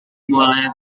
boleh